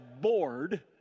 bored